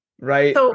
right